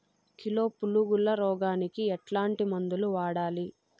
Kilo పులుగుల రోగానికి ఎట్లాంటి మందులు వాడాలి?